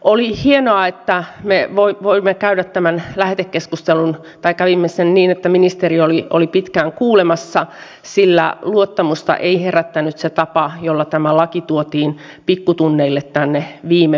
oli hienoa että me kävimme tämän lähetekeskustelun niin että ministeri oli pitkään kuulemassa sillä luottamusta ei herättänyt se tapa jolla tämä laki tuotiin pikkutunneilla tänne viime viikolla